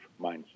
mindset